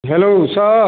hello sir